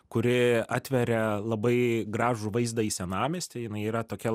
kuri atveria labai gražų vaizdą į senamiestį jinai yra tokia